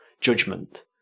judgment